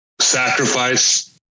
sacrifice